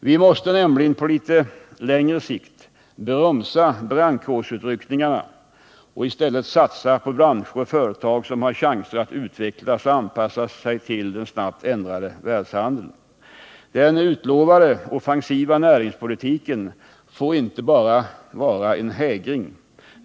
Vi måste nämligen på litet längre sikt bromsa brandkårsutryckningarna och i stället satsa på branscher och företag som har chanser att utvecklas och anpassa sig till den snabbt ändrade världshandeln. Den utlovade offensiva näringspolitiken får inte bara vara en hägring.